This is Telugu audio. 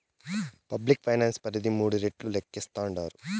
పబ్లిక్ ఫైనాన్స్ పరిధి మూడు రెట్లు లేక్కేస్తాండారు